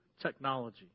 technology